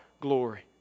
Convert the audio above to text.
glory